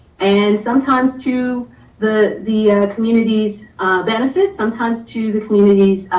and sometimes to the the communities benefits, sometimes to the communities